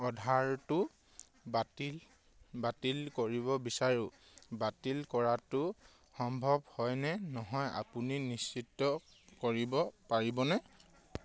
অৰ্ডাৰটো বাতিল বাতিল কৰিব বিচাৰোঁ বাতিল কৰাটো সম্ভৱ হয়নে নহয় আপুনি নিশ্চিত কৰিব পাৰিবনে